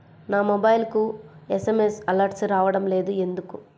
నా మొబైల్కు SMS alerts రావడం లేదు ఎందుకు?